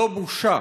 זו בושה.